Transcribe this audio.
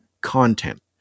content